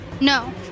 No